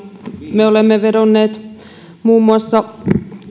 me olemme vedonneet muun muassa